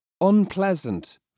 unpleasant